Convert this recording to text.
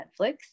Netflix